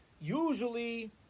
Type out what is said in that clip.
Usually